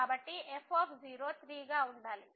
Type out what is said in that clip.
కాబట్టి f 3 గా ఉండాలి